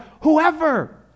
Whoever